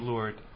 Lord